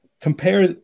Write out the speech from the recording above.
Compare